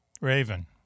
Raven